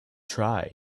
try